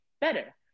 better